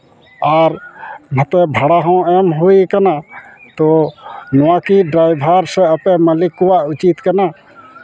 ᱟᱨ ᱱᱚᱛᱮ ᱵᱷᱟᱲᱟ ᱦᱚᱸ ᱮᱢ ᱦᱩᱭ ᱠᱟᱱᱟ ᱛᱚ ᱱᱚᱣᱟᱠᱤ ᱰᱨᱟᱭᱵᱷᱟᱨ ᱥᱮ ᱟᱯᱮ ᱢᱟᱹᱞᱤᱠ ᱠᱚᱣᱟᱜ ᱩᱪᱤᱫ ᱠᱟᱱᱟ